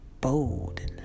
bold